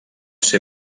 ser